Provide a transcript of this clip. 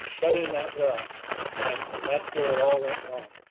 shut in that well and and that's where it all went wrong